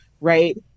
right